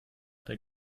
der